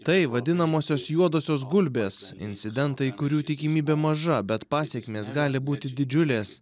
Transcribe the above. tai vadinamosios juodosios gulbės incidentai kurių tikimybė maža bet pasekmės gali būti didžiulės